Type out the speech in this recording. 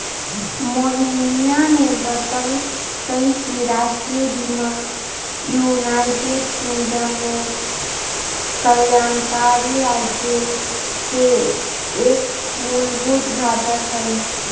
मोहिनीया ने बतल कई कि राष्ट्रीय बीमा यूनाइटेड किंगडम में कल्याणकारी राज्य के एक मूलभूत घटक हई